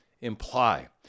imply